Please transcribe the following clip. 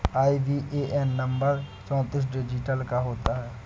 IBAN number चौतीस digit का होता है